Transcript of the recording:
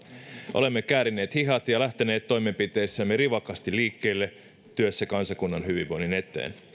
olemme käärineet hihat ja lähteneet toimenpiteissämme rivakasti liikkeelle työssä kansakunnan hyvinvoinnin eteen